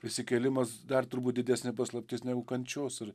prisikėlimas dar turbūt didesnė paslaptis negu kančios ir